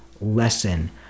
lesson